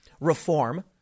reform